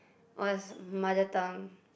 was mother tongue